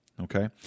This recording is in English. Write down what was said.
okay